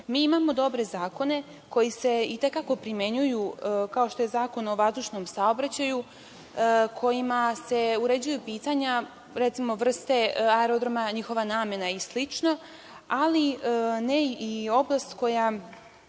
Mi imamo dobre zakone koji se i te kako primenjuju, kao što je Zakon o vazdušnom saobraćaju, kojima se uređuju pitanja, recimo, vrste aerodroma, njihova namena i sl, ali ne i oblast koja